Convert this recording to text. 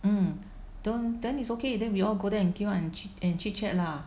mm don't then is ok then we all go there and queue up chit and chit chat lah